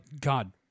God